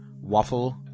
waffle